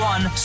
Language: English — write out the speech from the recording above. One